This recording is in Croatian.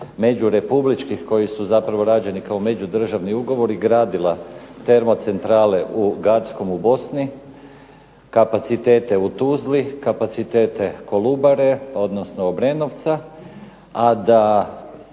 međurepubličkih koji su zapravo rađeni kao međudržavni ugovori gradila termocentrale u Gackom u Bosni, kapacitete u Tuzli, kapacitete Kolubare, odnosno Obrenovca, a da